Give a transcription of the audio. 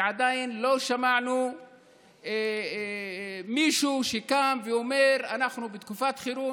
ועדיין לא שמענו מישהו שקם ואומר: אנחנו בתקופת חירום.